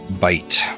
bite